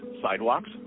sidewalks